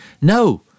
No